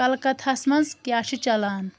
کلکَتاہس منز کیاہ چھُ چلان